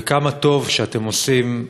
וכמה טוב שאתם עושים,